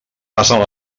passen